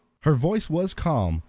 her voice was calm,